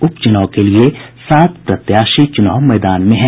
उप चुनाव के लिए सात प्रत्याशी चुनाव मैदान में हैं